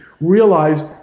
realize –